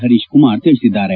ಪರೀಶ್ ಕುಮಾರ ತಿಳಿಸಿದ್ದಾರೆ